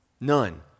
None